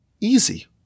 easy